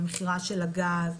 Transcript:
מהמכירה של הגז,